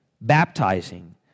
baptizing